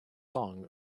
song